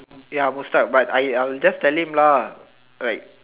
ya Mustak but I I'll just tell him lah like